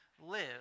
live